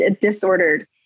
disordered